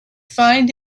find